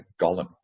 golem